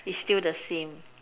is still the same